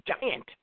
giant